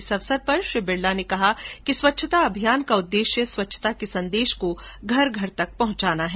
इस अवसर पर श्री बिडला ने कहा कि स्वच्छता अभियान का उददेश्य स्वच्छता के संदेश को घर घर तक पहंचाता है